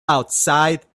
outside